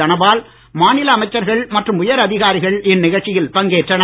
தனபால் மாநில அமைச்சர்கள் மற்றும் உயர் அதிகாரிகள் இந்நிகழ்ச்சியில் பங்கேற்றனர்